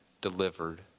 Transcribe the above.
delivered